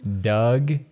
Doug